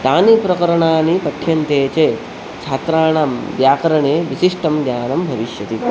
तानि प्रकरणानि पठ्यन्ते चेत् छात्राणां व्याकरणे विशिष्टं ज्ञानं भविष्यति